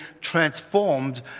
transformed